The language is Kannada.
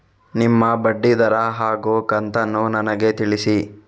ನಿಮ್ಮ ಬಡ್ಡಿದರ ಹಾಗೂ ಕಂತನ್ನು ನನಗೆ ತಿಳಿಸಿ?